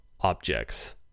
objects